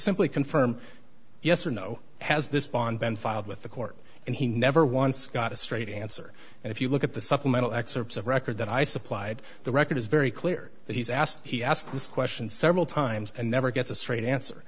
simply confirm yes or no has this bond been filed with the court and he never once got a straight answer and if you look at the supplemental excerpts of record that i supplied the record is very clear that he's asked he asked this question several times and never gets a straight answer